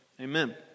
Amen